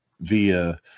via